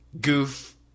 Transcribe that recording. goof